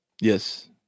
Yes